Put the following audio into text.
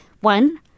one